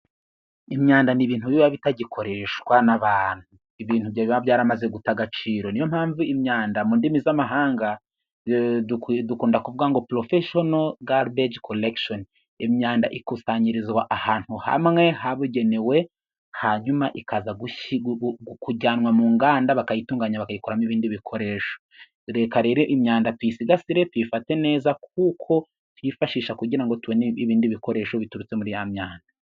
Imyanda ni ibintu biba bitagikoreshwa n'abantu. Ibintu biba byaramaze guta agaciro . Niyo mpamvu imyanda mu ndimi z'amahanga dukunda kuvuga ngo porofeshonolo gabeji korekishoni. Imyanda ikusanyirizwa ahantu hamwe habugenewe hanyuma ikaza kujyanwa mu nganda bakayitunganya ,bakayikuramo ibindi bikoresho. Reka rero imyanda tuyisigasire ,tuyifate neza kuko tuyifashisha kugira ngo tubone ibindi bikoresho biturutse muri ya myanda.